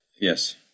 yes